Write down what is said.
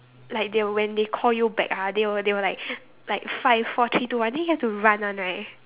like they when they call you back ah they will they will like like five four three two one then you have to run one right